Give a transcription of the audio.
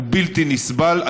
הוא בלתי נסבל,